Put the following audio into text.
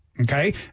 okay